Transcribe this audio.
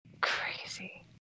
Crazy